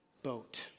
boat